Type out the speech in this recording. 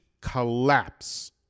collapse